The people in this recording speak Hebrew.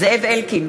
זאב אלקין,